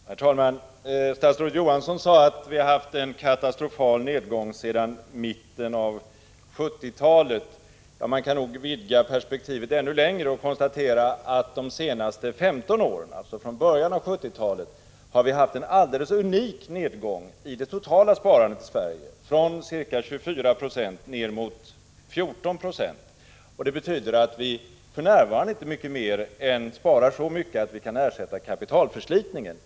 Herr talman! Statsrådet Johansson sade att vi har haft en katastrofal nedgång i sparandet sedan mitten av 1970-talet. Man kan nog vidga perspektivet ytterligare och konstatera att vi de senaste 15 åren, alltså från början av 1970-talet, har haft en alldeles unik nedgångi det totala sparandet i Sverige — från ca 24 9 till ner mot 14 220. Det betyder att vi för närvarande inte sparar så mycket mer än att vi kan ersätta kapitalförslitningen.